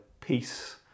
peace